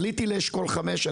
עליתי לאשכול 5,